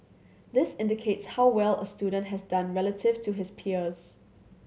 this indicates how well a student has done relative to his peers